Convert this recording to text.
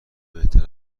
بهتر